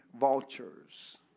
vultures